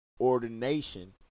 ordination